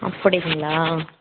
அப்படிங்களா